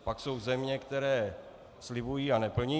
Pak jsou země, které slibují a neplní.